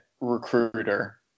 recruiter